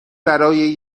برای